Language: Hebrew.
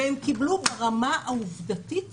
והם קיבלו ברמה העובדתית